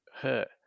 hurt